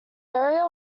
area